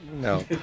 No